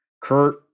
Kurt